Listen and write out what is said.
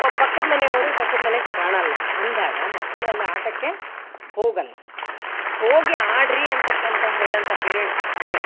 ವ ಪಕ್ಕದ ಮನೆಯವರು ಪಕ್ಕದ ಮನೆಗೆ ಕಾಣೋಲ್ಲ ಅಂದಾಗ ಮಕ್ಕಳು ಅಲ್ಲಿ ಆಟಕ್ಕೆ ಹೋಗೋಲ್ಲ ಹೋಗಿ ಆಡಿರಿ ಅಂತಕ್ಕಂಥ ಹೇಳೋಂಥ ಪೇರೆಂಟ್ಸ್ ಕಡಿಮೆ